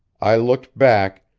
i looked back,